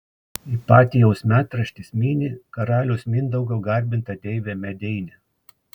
ipatijaus metraštis mini karaliaus mindaugo garbintą deivę medeinę